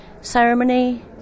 ceremony